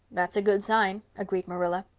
that's a good sign, agreed marilla.